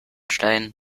stein